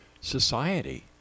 society